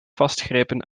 vastgrijpen